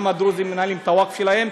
וגם הדרוזים מנהלים את הווקף שלהם?